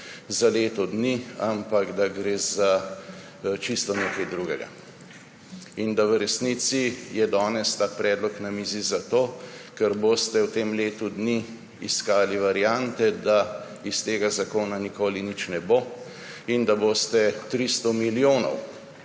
za leto dni, ampak da gre za čisto nekaj drugega. V resnici je danes ta predlog na mizi zato, ker boste v tem letu dni iskali variante, da iz tega zakona nikoli nič ne bo, in da boste 300 milijonov